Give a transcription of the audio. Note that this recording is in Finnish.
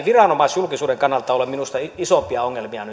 viranomaisjulkisuuden kannalta ole minusta isompia ongelmia